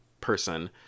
person